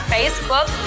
Facebook